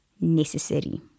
necessary